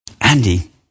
Andy